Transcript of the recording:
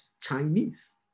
Chinese